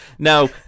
Now